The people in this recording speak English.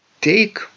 take